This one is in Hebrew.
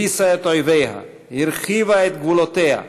הביסה את אויביה, הרחיבה את גבולותיה,